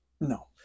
No